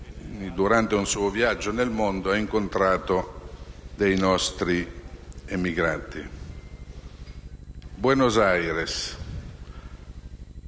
durante un suo viaggio nel mondo ha incontrato dei nostri emigrati: «Buenos Aires.